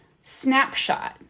snapshot